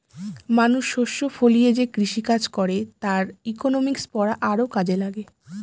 মানুষ শস্য ফলিয়ে যে কৃষিকাজ করে তার ইকনমিক্স পড়া আরও কাজে লাগে